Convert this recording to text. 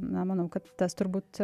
na manau kad tas turbūt